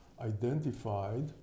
identified